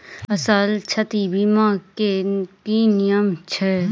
फसल क्षति बीमा केँ की नियम छै?